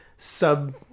sub